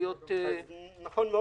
נכון מאוד.